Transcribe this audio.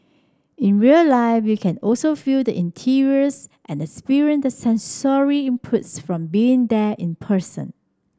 in real life you can also feel the interiors and experience the sensory inputs from being there in person